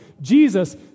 Jesus